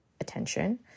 attention